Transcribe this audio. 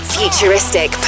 Futuristic